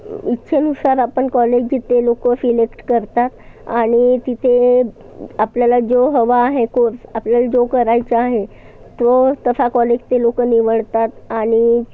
इच्छेनुसार आपण कॉलेज जिथे लोकं सिलेक्ट करतात आणि तिथे आपल्याला जो हवा आहे कोर्स आपल्याला जो करायचा आहे तो तसा कॉलेज ते लोकं निवडतात आणि